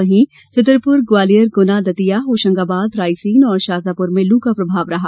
वहीं छतरपुर ग्वालियर गुना दतिया होशंगाबाद रायसेन और शाजापुर में लू का प्रभाव रहा